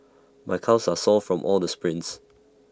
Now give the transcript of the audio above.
my calves are sore from all the sprints